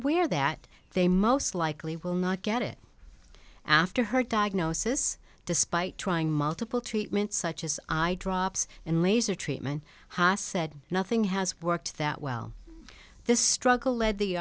wear that they most likely will not get it after her diagnosis despite trying multiple treatments such as eye drops and laser treatment has said nothing has worked that well this struggle led the